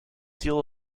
deal